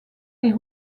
les